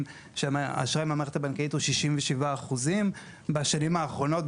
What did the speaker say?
שאשראי מהמערכת הבנקאית הוא 67%. בשנים האחרונות,